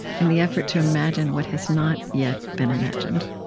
and the effort to imagine what has not yet been imagined.